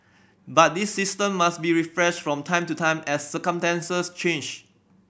but this system must be refreshed from time to time as circumstances change